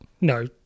No